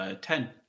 Ten